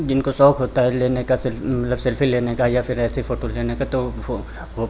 जिनको शौक होता है लेने का सेल्फ़ मतलब सेल्फ़ी लेने का या फिर ऐसी फ़ोटो लेने का तो वो वो